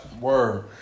Word